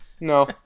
No